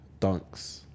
Dunks